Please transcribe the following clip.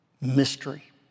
mystery